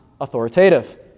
authoritative